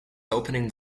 opening